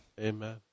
Amen